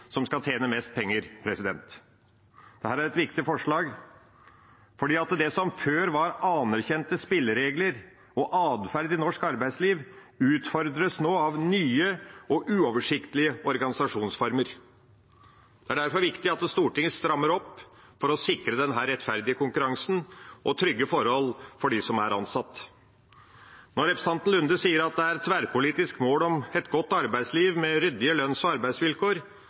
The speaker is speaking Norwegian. som skal tjene mest penger. Dette er et viktig forslag, for det som før var anerkjente spilleregler og atferd i norsk arbeidsliv, utfordres nå av nye og uoversiktlige organisasjonsformer. Det er derfor viktig at Stortinget strammer inn for å sikre denne rettferdige konkurransen og trygge forholdene for dem som er ansatt. Når representanten Nordby Lunde sier at det er et tverrpolitisk mål om et godt arbeidsliv med ryddige lønns- og arbeidsvilkår,